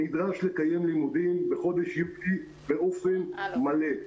שנדרש לקיים לימודים בחודש יולי באופן מלא.